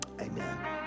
amen